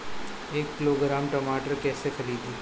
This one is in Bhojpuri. एक किलोग्राम टमाटर कैसे खरदी?